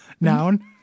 noun